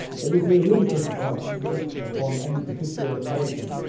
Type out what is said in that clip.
it would be a ludicrous occurrence, if, upon any particular occasion,